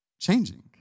Changing